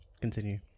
continue